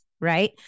right